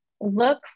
look